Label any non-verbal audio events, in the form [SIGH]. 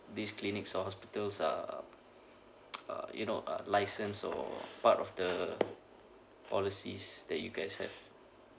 these clinics or hospitals are [NOISE] uh you know uh license or part of the policies that you guys have